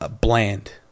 bland